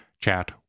chat